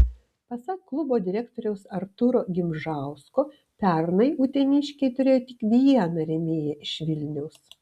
pasak klubo direktoriaus artūro gimžausko pernai uteniškiai turėjo tik vieną rėmėją iš vilniaus